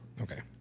Okay